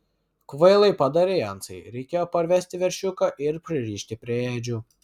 kvailai padarei ansai reikėjo parvesti veršiuką ir pririšti prie ėdžių